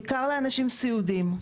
בעיקר לאנשים סיעודיים,